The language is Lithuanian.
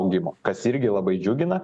augimo kas irgi labai džiugina